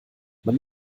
man